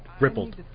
rippled